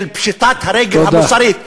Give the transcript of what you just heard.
של פשיטת הרגל המוסרית.